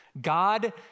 God